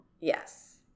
Yes